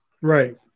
Right